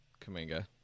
Kaminga